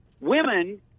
Women